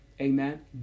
Amen